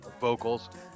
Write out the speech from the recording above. vocals